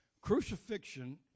Crucifixion